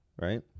right